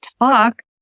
talk